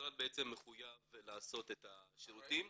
המשרד בעצם מחויב לעשות את השירותים.